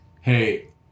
Hey